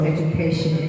Education